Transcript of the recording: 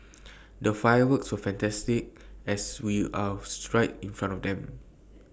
the fireworks were fantastic as we were right in front of them